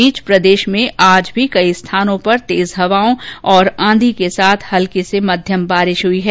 इस बीच प्रदेश में आज भी कई स्थानों पर तेज हवाओं और आंधी के साथ हल्की से मध्यम बारिश हुई है